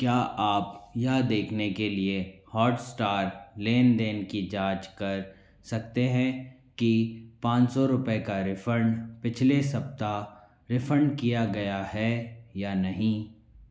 क्या आप यह देखने के लिए हॉटस्टार लेन देन की जाँच कर सकते हैं कि पाँच सौ रुपये का रिफ़ंड पिछले सप्ताह रिफ़ंड किया गया है या नहीं